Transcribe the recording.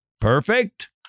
perfect